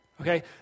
Okay